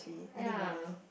I need money